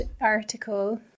article